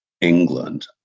England